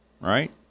right